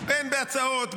בין בהצעות,